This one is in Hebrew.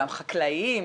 גם חקלאיים,